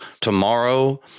tomorrow